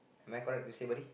am I correct to say buddy